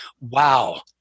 wow